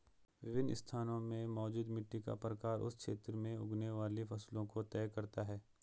विभिन्न स्थानों में मौजूद मिट्टी का प्रकार उस क्षेत्र में उगने वाली फसलों को तय करता है